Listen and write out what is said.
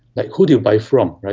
like who do you buy from?